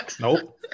Nope